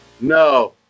No